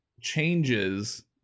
changes